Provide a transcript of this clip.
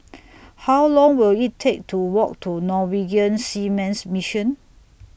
How Long Will IT Take to Walk to Norwegian Seamen's Mission